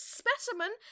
specimen